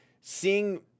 seeing